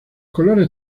colores